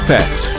Pets